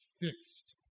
fixed